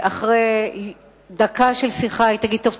ואחרי דקה של שיחה היא תגיד: טוב,